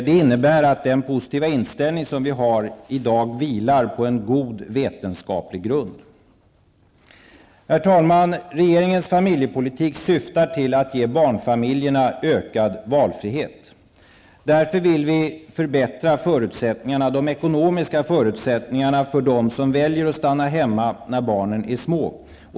Det innebär att den positiva inställning som vi i dag har vilar på god vetenskaplig grund. Herr talman! Regeringens familjepolitik syftar till att ge barnfamiljerna ökad valfrihet. Därför vill vi förbättra de ekonomiska förutsättningarna för dem som väljer att stanna hemma när barnen är små.